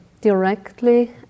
directly